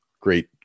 great